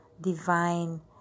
Divine